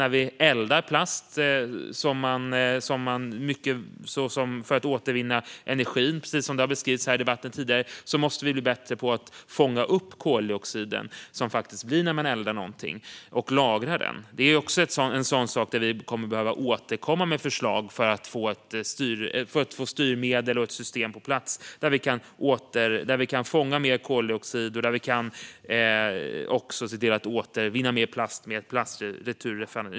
När vi eldar plast för att återvinna energi, som har beskrivits tidigare i debatten, måste vi bli bättre på att fånga upp koldioxiden som bildas när man eldar någonting och sedan lagra den. Ett plastreturraffinaderi är en sådan sak som vi kommer att behöva återkomma med förslag om då vi behöver få styrmedel och ett system på plats som innebär att vi kan fånga mer koldioxid och återvinna mer plast. Fru talman!